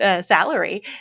salary